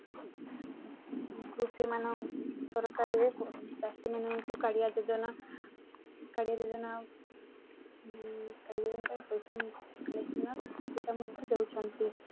କୃଷିମାନ ସରକାରୀରେ ଚାଷୀମାନଙ୍କୁ କାଳିଆ ଯୋଜନା କାଳିଆ ଯୋଜନା କାଳିଆ ଯୋଜନା ପାଇଁ ପଇସା କାଳିଆ ଯୋଜନା ପଇସା ମଧ୍ୟ ଦେଉଛନ୍ତି